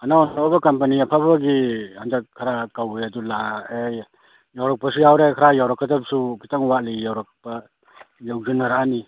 ꯑꯅꯧ ꯑꯅꯧꯕ ꯀꯝꯄꯅꯤ ꯑꯐ ꯑꯐꯕꯁꯤ ꯍꯟꯇꯛ ꯈꯔ ꯀꯧꯋꯦ ꯑꯗꯨ ꯂꯥꯛꯑꯦ ꯌꯧꯔꯛꯄꯁꯨ ꯌꯥꯎꯔꯦ ꯈꯔ ꯌꯧꯔꯛꯀꯗꯕꯁꯨ ꯈꯤꯇꯪ ꯋꯥꯠꯂꯤ ꯌꯧꯔꯛꯄ ꯌꯧꯁꯤꯟꯅꯔꯛꯑꯅꯤ